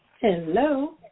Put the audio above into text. Hello